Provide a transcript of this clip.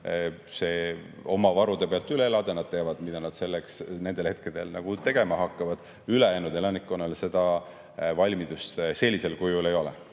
see oma varude pealt üle elada, nad teavad, mida nad selleks nendel hetkedel tegema hakkavad. Ülejäänud elanikkonnal seda valmidust sellisel kujul ei ole.